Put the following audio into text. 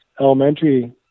elementary